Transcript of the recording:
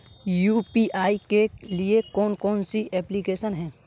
UPI के लिए कौन कौन सी एप्लिकेशन हैं?